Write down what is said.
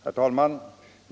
Herr talman!